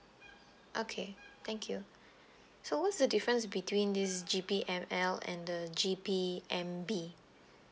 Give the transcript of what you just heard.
okay thank you so what's the difference between this G_P_M_L and the G_P_M_B